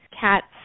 cats